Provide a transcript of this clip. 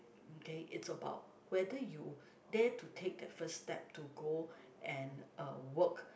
okay it's about whether you dare to take the first step to go and uh work